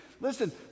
Listen